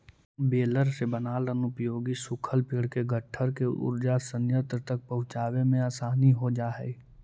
baler से बनाल अनुपयोगी सूखल पेड़ के गट्ठर के ऊर्जा संयन्त्र तक पहुँचावे में आसानी हो जा हई